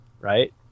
right